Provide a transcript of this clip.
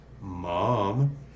Mom